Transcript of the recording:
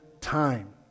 time